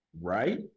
right